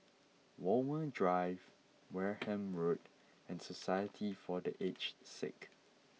Walmer Drive Wareham Road and Society for the Aged Sick